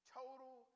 total